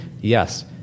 Yes